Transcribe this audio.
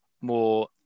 more